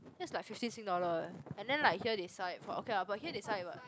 that's like fifteen sing dollar eh and then like here they sell it for okay lah but here they sell it